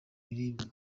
biribwa